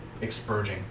expurging